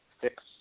six